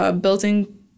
building